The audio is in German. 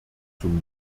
zum